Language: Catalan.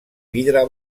vidre